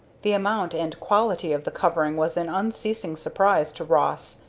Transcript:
the amount and quality of the covering was an unceasing surprise to ross,